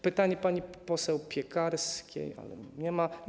Pytanie pani poseł Piekarskiej, ale nie ma jej.